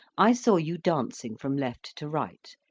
i saw you dancing from left to right,